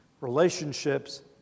Relationships